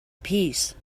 peace